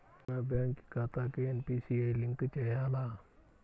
నా బ్యాంక్ ఖాతాకి NPCI link చేయాలా?